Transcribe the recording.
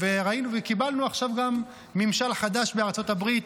וקיבלנו עכשיו גם ממשל חדש בארצות הברית,